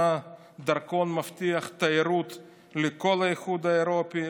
דרכון מבטיח תיירות לכל האיחוד האירופי,